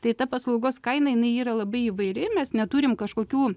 tai ta paslaugos kaina jinai yra labai įvairi mes neturim kažkokių